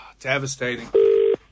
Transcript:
Devastating